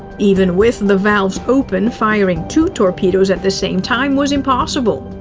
even with the valves open, firing two torpedoes at the same time was impossible.